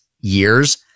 years